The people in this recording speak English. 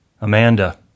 Amanda